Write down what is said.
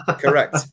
correct